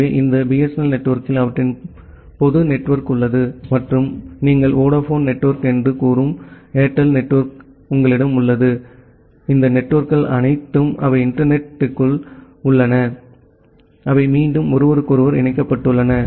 எனவே இந்த பிஎஸ்என்எல் நெட்வொர்க்கில் அவற்றின் பொது நெட்வொர்க் உள்ளது மற்றும் நீங்கள் வோடபோன் நெட்வொர்க் என்று கூறும் ஏர்டெல் நெட்வொர்க் உங்களிடம் உள்ளது இந்த நெட்வொர்க்குகள் அனைத்தும் அவை இன்டர்நெட் த்திற்குள் உள்ளன அவை மீண்டும் ஒருவருக்கொருவர் இணைக்கப்பட்டுள்ளன